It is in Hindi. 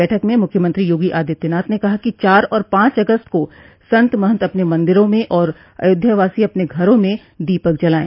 बैठक में मुख्यमंत्री योगी आदित्यनाथ ने कहा कि चार और पांच अगस्त को संत महंत अपने मंदिरों में और अयोध्यावासी अपने घरों में दीपक जलाये